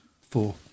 four